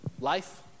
life